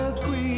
queen